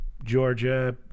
Georgia